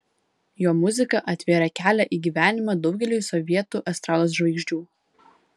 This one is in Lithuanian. jo muzika atvėrė kelią į gyvenimą daugeliui sovietų estrados žvaigždžių